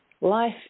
life